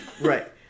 Right